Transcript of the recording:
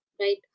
right